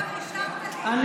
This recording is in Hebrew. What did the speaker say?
ביקשתי, ואישרת לי.